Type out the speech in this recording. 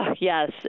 yes